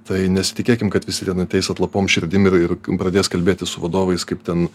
tai nesitikėkim kad visi ten ateis atlapom širdim ir ir pradės kalbėtis su vadovais kaip ten